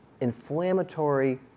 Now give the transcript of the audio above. inflammatory